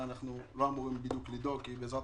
שם אנחנו לא אמורים בדיוק לדאוג כי בעזרת